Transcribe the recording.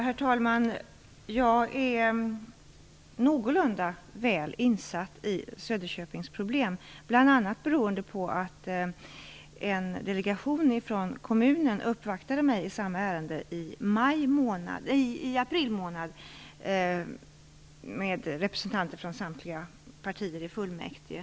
Herr talman! Jag är någorlunda väl insatt i Söderköpings problem, bl.a. beroende på att en delegation från kommunen uppvaktade mig i samma ärende i april månad. Det var representanter för samtliga partier i fullmäktige.